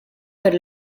per